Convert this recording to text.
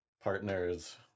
partners